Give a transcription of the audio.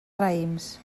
raïms